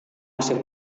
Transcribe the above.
masih